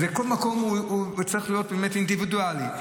כל מקום צריך להיות אינדיווידואלי.